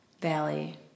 Valley